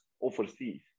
overseas